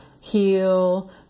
heal